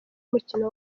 umukino